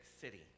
city